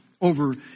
over